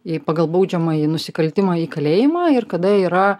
į pagal baudžiamąjį nusikaltimą į kalėjimą ir kada yra